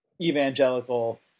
evangelical